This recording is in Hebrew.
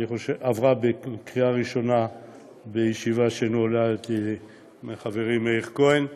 שעברה בקריאה ראשונה בישיבה שנוהלה על ידי חברי מאיר כהן,